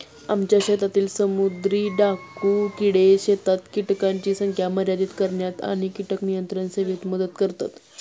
आमच्या शेतातील समुद्री डाकू किडे शेतात कीटकांची संख्या मर्यादित करण्यात आणि कीटक नियंत्रण सेवेत मदत करतात